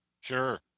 Sure